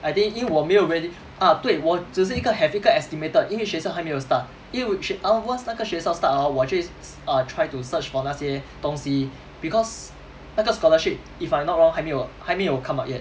I think 因为我没有 really ah 对我只是一个 have 一个 estimated 因为学校还没有 start 因为全 ah once 那个学校 start hor 我就会 err try to search for 那些东西 because 那个 scholarship if I'm not wrong 还没有还没有 come out yet